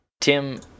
Tim